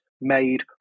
made